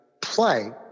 play